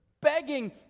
begging